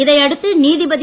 இதையடுத்து நீதிபதி